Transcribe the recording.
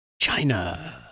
China